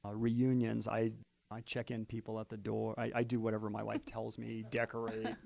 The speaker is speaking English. ah reunions. i i check in people at the door. i do whatever my wife tells me. decorate,